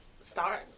start